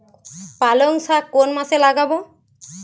পালংশাক কোন মাসে লাগাব?